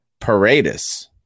Paradis